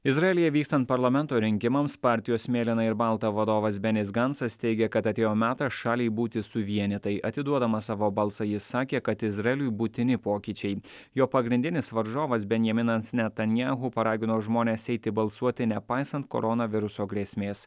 izraelyje vykstant parlamento rinkimams partijos mėlyna ir balta vadovas benis gancas teigia kad atėjo metas šaliai būti suvienytai atiduodamas savo balsą jis sakė kad izraeliui būtini pokyčiai jo pagrindinis varžovas benjaminas netanyahu paragino žmones eiti balsuoti nepaisant koronaviruso grėsmės